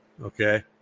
okay